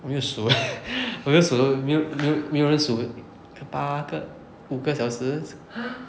没有数 eh 没有数到没有没有没有人数八个五个小时